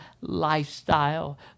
lifestyle